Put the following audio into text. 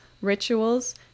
rituals